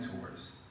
tours